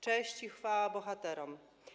Cześć i chwała bohaterom!